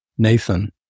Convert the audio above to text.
Nathan